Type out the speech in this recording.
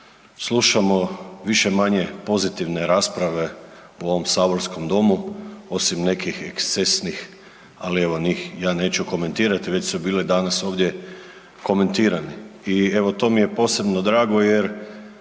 slušamo više-manje pozitivne rasprave u ovom saborskom domu osim nekih ekscesnih ali evo njih ja neću komentirati, već su bile danas ovdje komentirane i evo to mi je posebno drago jer